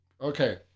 Okay